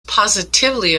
positively